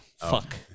Fuck